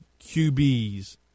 QBs